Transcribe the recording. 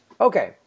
Okay